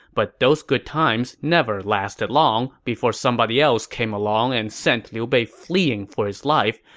but those good times never lasted long before somebody else came along and sent liu bei fleeing for his life,